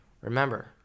Remember